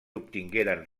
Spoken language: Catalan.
obtingueren